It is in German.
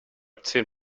zehn